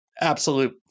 absolute